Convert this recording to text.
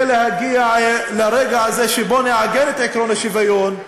להגיע לרגע הזה שבו נעגן את עקרון השוויון.